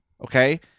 Okay